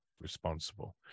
responsible